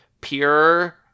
pure